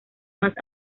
más